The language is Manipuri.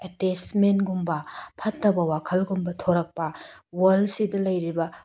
ꯑꯦꯠꯇꯦꯁꯃꯦꯟꯒꯨꯝꯕ ꯐꯠꯇꯕ ꯋꯥꯈꯜꯒꯨꯝꯕ ꯊꯣꯛꯂꯛꯄ ꯋꯔ꯭ꯜꯁꯤꯗ ꯂꯩꯔꯤꯕ